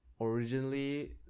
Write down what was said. originally